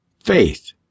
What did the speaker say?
faith